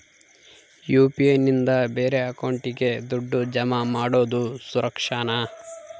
UPI ನಿಂದ ಬೇರೆ ಅಕೌಂಟಿಗೆ ದುಡ್ಡು ಜಮಾ ಮಾಡೋದು ಸುರಕ್ಷಾನಾ?